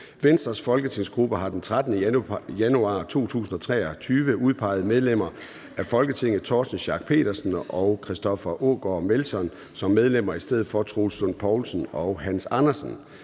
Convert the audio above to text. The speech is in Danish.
Venstres folketingsgruppe har den 13. januar 2023 udpeget medlemmer af Folketinget Torsten Schack Pedersen og Christoffer Aagaard Melson som medlemmer af Lønningsrådet i stedet for Troels Lund Poulsen og Hans Andersen.